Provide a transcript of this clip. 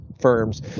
firms